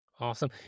Awesome